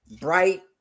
bright